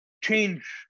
change